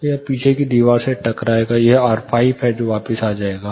तो यह पीछे की दीवार से टकराएगा यह R5 है जो वापस आ जाएगा